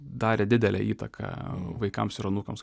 darė didelę įtaką vaikams ir anūkams